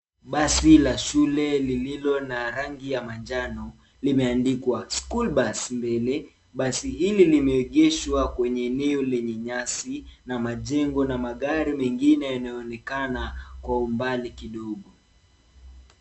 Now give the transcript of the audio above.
Basi la shule lililo na rangi ya manjano limeandikwa schoolbus mbele. Basi hili limeegezwa kwenye eneo lenye nyasi na majengo na magari mengine inaonekana kwa umbali kidogo.